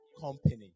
company